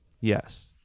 yes